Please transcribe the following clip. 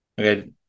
okay